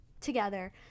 together